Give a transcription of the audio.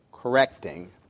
Correcting